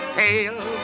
pale